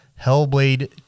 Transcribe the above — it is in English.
Hellblade